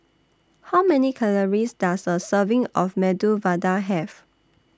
How Many Calories Does A Serving of Medu Vada Have